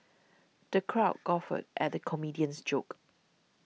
the crowd guffawed at the comedian's jokes